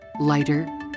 Lighter